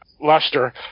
luster